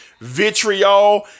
vitriol